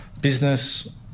business